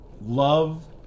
love